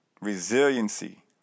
Resiliency